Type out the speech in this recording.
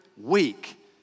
week